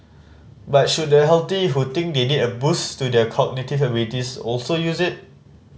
but should the healthy who think they need a boost to their cognitive abilities also use it